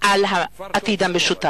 על העתיד המשותף.